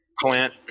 Clint